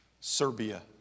Serbia